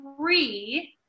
three